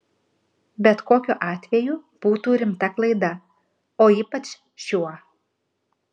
bet kokiu atveju būtų rimta klaida o ypač šiuo